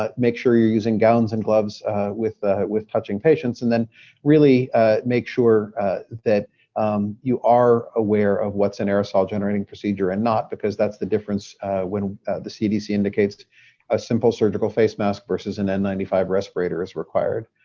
but make sure you're using gowns and gloves with with touching patients. and then really make sure that you are aware of what's an aerosol generating procedure and not because that's the difference when the cdc indicates a simple surgical face mask versus an n nine five respirator is required.